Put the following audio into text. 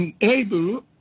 enable